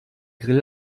grill